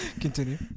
Continue